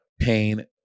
pain